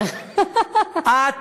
בסדר, אני מסיים.